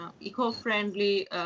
eco-friendly